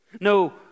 No